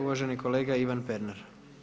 Uvaženi kolega Ivan Pernar.